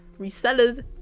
Resellers